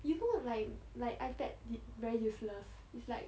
you know like like ipad very useless it's like